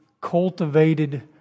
cultivated